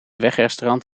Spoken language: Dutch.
wegrestaurant